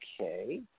Okay